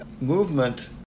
movement